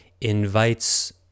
invites